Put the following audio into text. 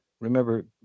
remember